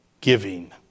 giving